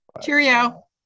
Cheerio